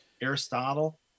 aristotle